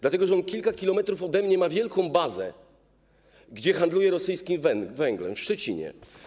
Dlatego że on kilka kilometrów ode mnie ma wielką bazę, w której handluje rosyjskim węglem, w Szczecinie.